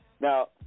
Now